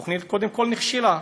התוכנית, קודם כול, נכשלה.